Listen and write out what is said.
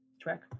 Track